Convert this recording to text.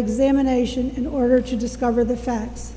examination in order to discover the facts